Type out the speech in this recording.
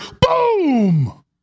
boom